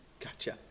Gotcha